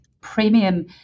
premium